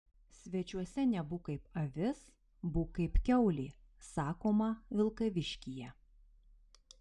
svečiuose nebūk kaip avis būk kaip kiaulė sakoma vilkaviškyje